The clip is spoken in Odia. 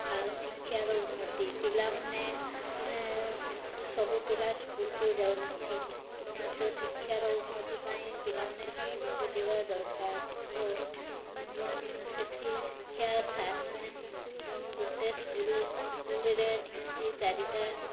ଆଉ ଶିକ୍ଷାର ଉନ୍ନତି ପିଲାମାନେ ସବୁ ପିଲା ସ୍କୁଲ୍କୁ ଯାଉନାହାନ୍ତି ତ ଶିକ୍ଷାର ଉନ୍ନତି ପାଇଁ ପିଲାମାନେ ସ୍କୁଲ୍କୁ ଯିବା ଦରକାର ତ ସେଠି ଶିକ୍ଷା ସାର୍ମାନେ ଗୋଟେ ସ୍କୁଲ୍ରେ ନିହାତି ଚାରିଟା